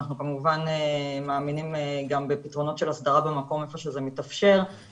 אנחנו כמובן מאמינים גם בפתרונות של הסדרה במקום איפה שזה מתאפשר,